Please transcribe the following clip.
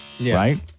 Right